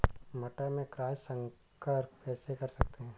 मटर में क्रॉस संकर कैसे कर सकते हैं?